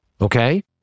Okay